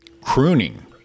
Crooning